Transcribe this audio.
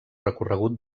recorregut